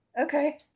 okay